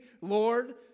Lord